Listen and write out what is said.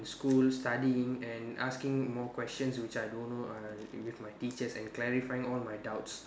school studying and asking more questions which I don't know uh with my teachers and clarifying all my doubts